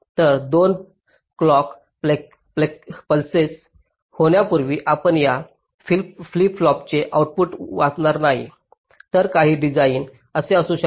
तर 2 clock pulses होण्यापूर्वी आपण या फ्लिप फ्लॉपचे आउटपुट वाचणार नाही तर काही डिझाइन असे असू शकते